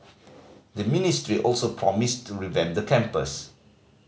the ministry also promised to revamp the campus